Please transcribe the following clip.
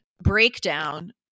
breakdown